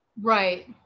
Right